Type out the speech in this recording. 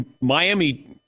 Miami